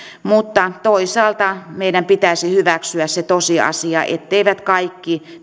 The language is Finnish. mutta toisaalta meidän pitäisi hyväksyä se tosiasia etteivät kaikki